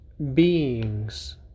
Beings